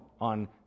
on